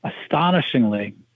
astonishingly